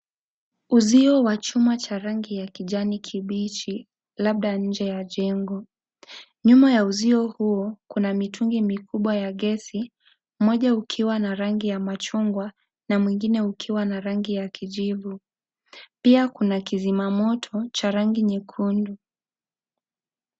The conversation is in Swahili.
Uzio wa chuma cha rangi ya kijani kibichi labda nje ya jengo nyuma ya uzio huo kuna mitungi mikubwa ya gesi, moja ikiwa na rangi ya machungwa na mwingine ukiwa na rangi ya kijivu pia kuna kizima moto cha rangi nyekundu.